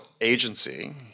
agency